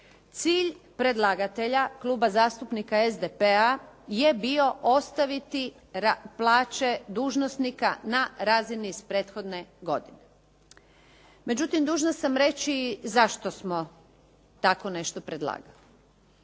Cilj predlagatelja Kluba zastupnika SDP-a je bio ostaviti plaće dužnosnika na razini iz prethodne godine. Međutim, dužna sam reći zašto smo tako nešto predlagali.